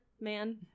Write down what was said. man